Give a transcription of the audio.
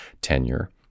tenure